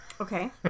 okay